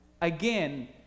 Again